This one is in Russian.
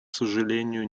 сожалению